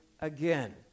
again